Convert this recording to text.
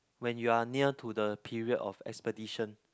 when you are near to the period of expedition